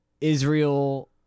Israel